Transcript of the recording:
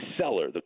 seller